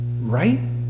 right